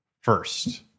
first